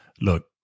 look